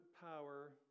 power